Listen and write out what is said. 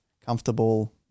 comfortable